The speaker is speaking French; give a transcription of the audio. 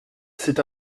c’est